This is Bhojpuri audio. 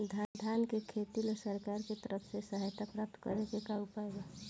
धान के खेती ला सरकार के तरफ से सहायता प्राप्त करें के का उपाय बा?